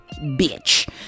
bitch